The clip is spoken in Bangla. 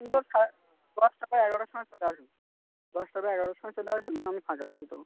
দশটা বা এগারোটার সময় চলে আসুন দশটা বা এগারোটার সময় চলে আসুন আমি ফাঁকা আছি তখন